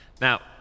Now